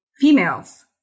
females